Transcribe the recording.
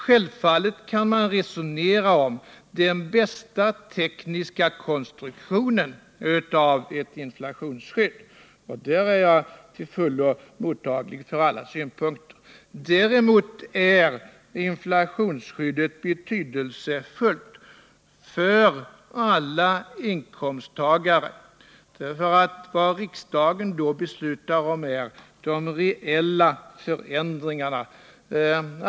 Självfallet kan man resonera om den bästa tekniska konstruktionen av ett inflationsskydd — och där är jag till fullo mottaglig för alla synpunkter. Däremot är inflationsskyddet betydelsefullt för alla inkomsttagare, eftersom vad riksdagen då beslutar om är de reella förändringarna.